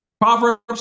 Proverbs